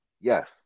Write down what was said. Yes